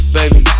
baby